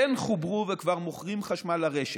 כן חוברו וכבר מוכרים חשמל לרשת,